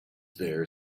there